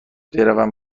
بروم